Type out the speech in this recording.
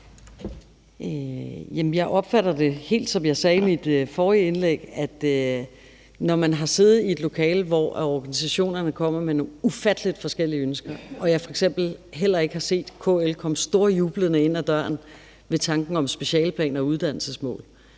jeg opfatter det helt, som jeg sagde i mit forrige indlæg, i forhold til når man har siddet i et lokale, hvor organisationerne kommer med nogle ufattelig forskellige ønsker, og jeg f.eks. heller ikke har set KL komme storjublende ind af døren ved tanken om specialeplaner og uddannelsesmål.